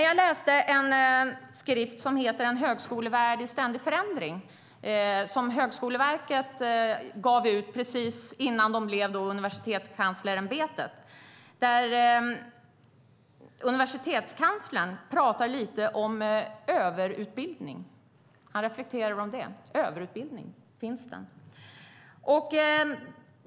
Jag läste en skrift som heter En högskolevärld i ständig förändring , som Högskoleverket gav ut precis innan det blev Universitetskanslersämbetet, där universitetskanslern pratar lite om överutbildning. Han reflekterar över det: Överutbildning, finns den?